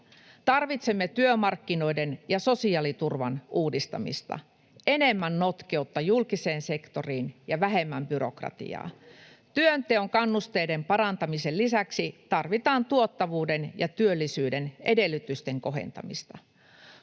Tarvitsemme työmarkkinoiden ja sosiaaliturvan uudistamista, enemmän notkeutta julkiseen sektoriin ja vähemmän byrokratiaa. Työnteon kannusteiden parantamisen lisäksi tarvitaan tuottavuuden ja työllisyyden edellytysten kohentamista.